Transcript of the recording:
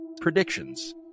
predictions